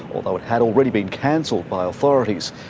although it had already been cancelled by authorities.